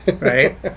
right